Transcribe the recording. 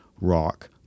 rock